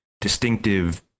distinctive